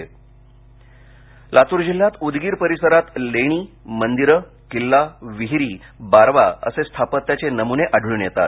एकाश्म मंदिर लातूर जिल्ह्यात उदगीर परिसरात लेणी मंदिरं किल्ला विहिरी बारवा असे स्थापत्याचे नमुने आढळून येतात